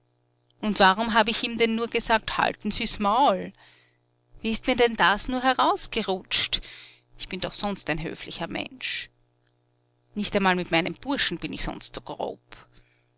und warum hab ich ihm denn nur gesagt halten sie's maul wie ist mir denn das nur ausgerutscht ich bin doch sonst ein höflicher mensch nicht einmal mit meinem burschen bin ich sonst so grob